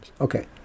Okay